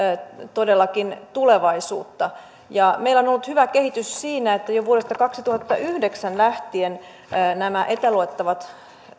todellakin tulevaisuutta meillä on on ollut hyvä kehitys siinä että jo vuodesta kaksituhattayhdeksän lähtien nämä etäluettavat